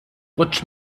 rutsch